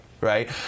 right